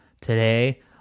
today